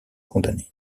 condamnée